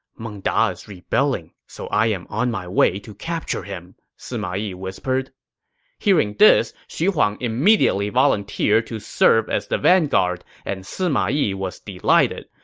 meng da is rebelling, so i am on my way to capture him, sima yi whispered hearing this, xu huang immediately volunteered to serve as the vanguard, and sima yi was delighted.